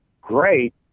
great